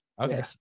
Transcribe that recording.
Okay